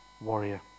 warrior